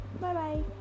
Bye-bye